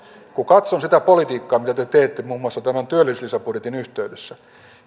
kun katson sitä politiikkaa mitä te teette muun muassa tämän työllisyyslisäbudjetin yhteydessä